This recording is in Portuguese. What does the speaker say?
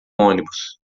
ônibus